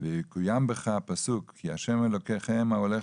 ויקוים בך הפסוק: כי השם אלוקיכם ההולך